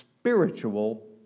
spiritual